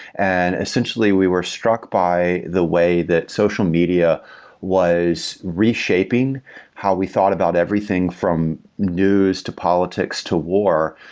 and essentially, we were struck by the way that social media was reshaping how we thought about everything from news to politics to war.